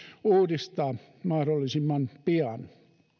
uudistaa mahdollisimman pian